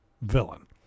villain